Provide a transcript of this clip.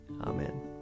Amen